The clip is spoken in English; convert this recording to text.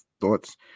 Thoughts